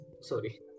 Sorry